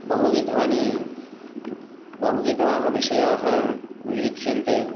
बहुविधानि बहुविधाः विषयाः उल्लिख्यन्ते